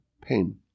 pain